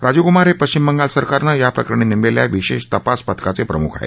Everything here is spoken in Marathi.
राजीव कुमार हे पश्चिम बंगाल सरकारनं या प्रकरणी नेमलेल्या विशेष तपास पथकाचे प्रमुख आहेत